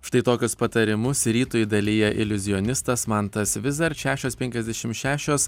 štai tokius patarimus rytui dalija iliuzionistas mantas vis dar šešios penkiasdešim šešios